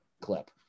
clip